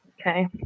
Okay